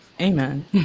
Amen